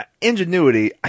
ingenuity